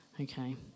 Okay